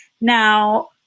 Now